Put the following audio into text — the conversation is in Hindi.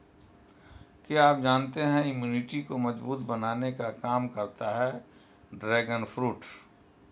क्या आप जानते है इम्यूनिटी को मजबूत बनाने का काम करता है ड्रैगन फ्रूट?